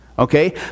Okay